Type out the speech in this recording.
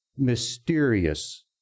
mysterious